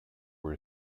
were